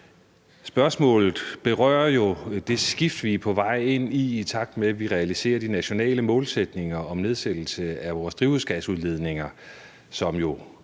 Spørgsmålet berører jo det skift, vi er på vej ind i, i takt med at vi realiserer de nationale målsætninger om nedsættelse af vores drivhusgasudledninger, som jo